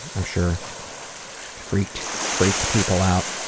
i'm sure freaked freaked people out.